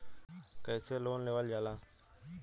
कैसे लोन लेवल जाला?